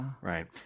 right